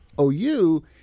OU